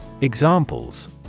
Examples